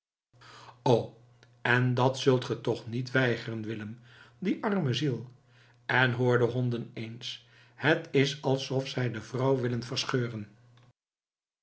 o en dat zult ge toch niet weigeren willem die arme ziel en hoor de honden eens het is alsof zij de vrouw willen verscheuren